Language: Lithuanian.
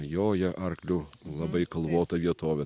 joja arkliu labai kalvota vietove